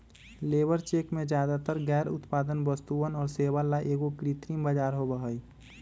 labour चेक में ज्यादातर गैर उत्पादक वस्तुअन और सेवा ला एगो कृत्रिम बाजार होबा हई